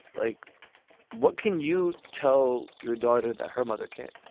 like what can you tell your daughter that her mother can?